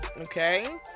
okay